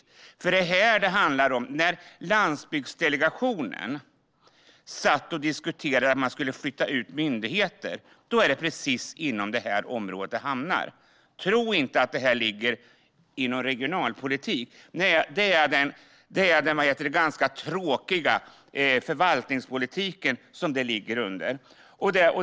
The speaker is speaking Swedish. När Landsbygdskommittén diskuterar utflyttning av myndigheter är det inom detta område sådant hamnar. Tro inte att det ligger inom regionalpolitik! Det ligger alltså under den ganska tråkiga förvaltningspolitiken.